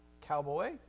cowboy